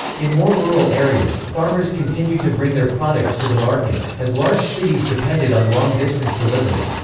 in more rural areas, farmers continued to bring their products to the markets, as large cities depended on long distance delivery.